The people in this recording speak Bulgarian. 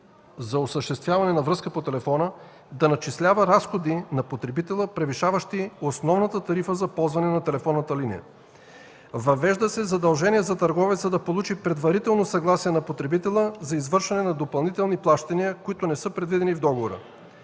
за осъществяване на връзка по телефона, да начислява разходи на потребителя, превишаващи основната тарифа за използване на телефонната линия. Въвежда се задължение за търговеца да получи предварителното съгласие на потребителя за извършване на допълнителни плащания, които не са предвидени в договора.